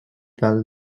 well